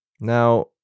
Now